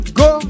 go